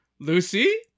Lucy